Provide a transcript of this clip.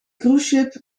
cruiseschip